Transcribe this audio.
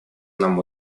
нам